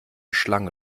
schlange